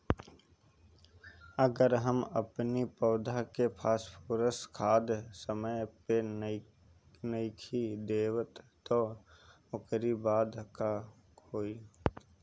अगर हम अपनी पौधा के फास्फोरस खाद समय पे नइखी देत तअ ओकरी बाद का होई